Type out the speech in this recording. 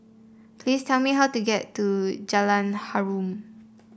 please tell me how to get to Jalan Harum